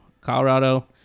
Colorado